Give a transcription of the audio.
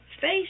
face